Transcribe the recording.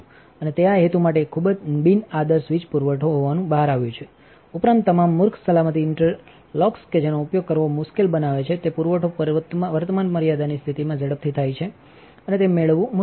અને તેઆ હેતુ માટે એક ખૂબ જ બિન આદર્શ વીજ પુરવઠો હોવાનુંબહાર આવ્યું છે ઉપરાંત તમામ મૂર્ખ સલામતી ઇન્ટરલોક્સ કે જેનો ઉપયોગ કરવો મુશ્કેલ બનાવે છે તે પુરવઠો વર્તમાન મર્યાદાની સ્થિતિમાં ઝડપથી જાય છે અને તે મેળવવું મુશ્કેલ છે